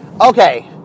Okay